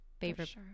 Favorite